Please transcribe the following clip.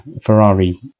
Ferrari